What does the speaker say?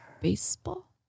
baseball